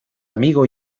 amigo